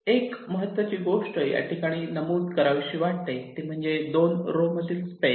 एक महत्त्वाची गोष्ट या ठिकाणी नमूद करावीशी वाटते ती म्हणजे दोन रो मधील स्पेस